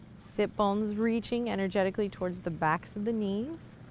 hip bones reaching energetically towards the backs of the knees.